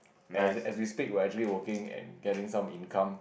as as we speak we're actually working and getting some income